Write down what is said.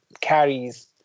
carries